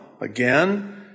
again